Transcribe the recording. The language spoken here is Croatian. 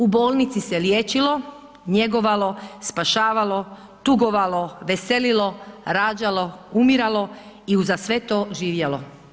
U bolnici se liječilo, njegovalo, spašavalo, tugovalo, veselilo, rađalo, umiralo i uza sve to živjelo.